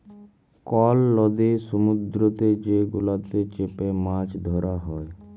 call লদি সমুদ্দুরেতে যে গুলাতে চ্যাপে মাছ ধ্যরা হ্যয়